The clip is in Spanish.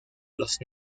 los